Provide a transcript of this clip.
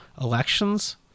elections